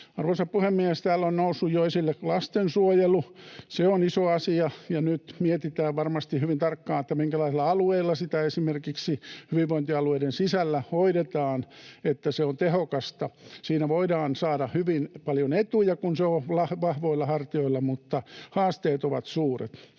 Arvoisa puhemies! Täällä on noussut jo esille lastensuojelu. Se on iso asia, ja nyt mietitään varmasti hyvin tarkkaan, minkälaisilla alueilla sitä esimerkiksi hyvinvointialueiden sisällä hoidetaan, niin että se on tehokasta. Siinä voidaan saada hyvin paljon etuja, kun se on vahvoilla hartioilla, mutta haasteet ovat suuret.